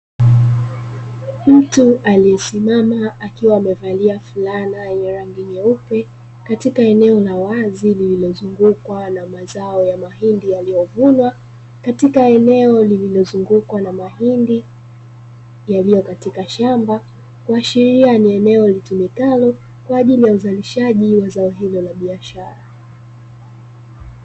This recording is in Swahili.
Mtu aliyesimama akiwa amevalia fulani yenye rangi nyeupe katika eneo la wazi lililozungukwa na mazao ya mahindi yaliyo vunwa; katika eneo lililozungukwa na mahindi yaliyo katika shamba kuashiria ni eneo litumikalo kwaajili ya uzalishaji wa zao hilo la biashara.